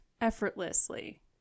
effortlessly